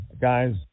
guys